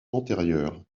antérieures